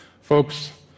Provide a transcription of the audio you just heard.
Folks